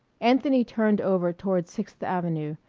anthony turned over toward sixth avenue,